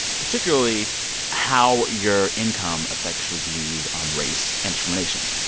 particularly how your income affects your views on race and discrimination.